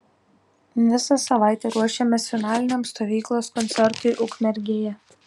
visą savaitę ruošėmės finaliniam stovyklos koncertui ukmergėje